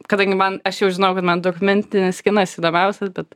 kadangi man aš jau žinojau kad man dokumentinis kinas įdomiausias bet